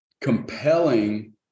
compelling